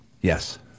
Yes